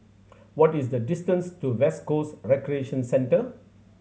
what is the distance to West Coast Recreation Centre